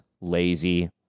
lazy